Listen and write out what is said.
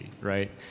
right